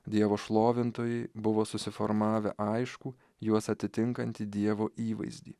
dievo šlovintojai buvo susiformavę aiškų juos atitinkantį dievo įvaizdį